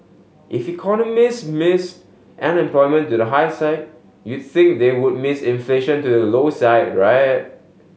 if economist missed unemployment to the high side you'd think they would miss inflation to the low side right